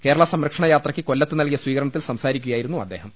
കേരള സംരക്ഷണയാത്രയ്ക്ക് കൊല്ലത്ത് നൽകിയ സ്വീകരണ ത്തിൽ സംസാരിക്കുകയായിരുന്നു അദ്ദേഹം